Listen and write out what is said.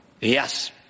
Yes